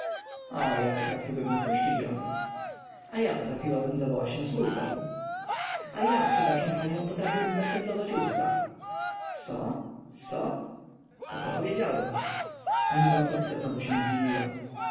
o ja potrafiłbym nie puścić rąk a ja potrafiłabym zawołać na służbę a ja przepraszam panią potrafiłbym zakneblować usta co co to co powiedziałem pani wąsowska znowu się zadziwiła